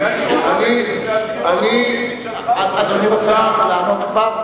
בוודאי הוא אמר את זה לפני הבחירות,